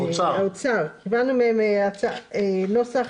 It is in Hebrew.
מהאוצר נוסח.